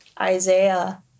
Isaiah